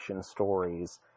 stories